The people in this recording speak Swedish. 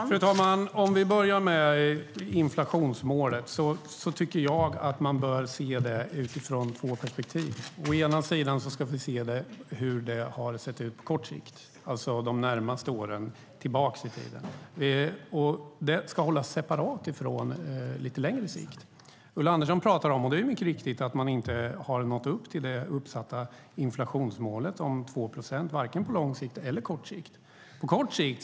Fru talman! Vi kan börja med inflationsmålet som jag tycker att man bör se utifrån två perspektiv. Å ena sidan ska vi se hur det har sett ut på kort sikt, alltså de närmast föregående åren. Det ska hållas separat från å andra sidan lite längre sikt. Ulla Andersson pratar om att man inte har nått upp till det uppsatta inflationsmålet om 2 procent, varken på lång sikt eller på kort sikt, och det är mycket riktigt.